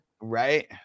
Right